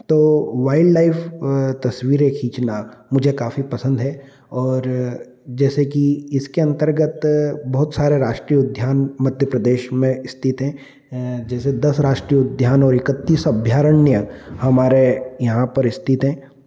तो wildlife तस्वीरें खींचना मुझे काफी पसंद है और जैसे कि इसके अंतर्गत बहुत सारे राष्ट्रीय उद्यान मध्य प्रदेश में स्थित हैं जैसे दस राष्ट्रीय उद्यान और इकत्तीस अभ्यारण्य हमारे यहाँ पर स्थित हैं